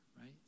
right